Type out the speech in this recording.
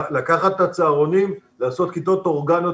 לקחת את הצהרונים ולעשות כיתות אורגניות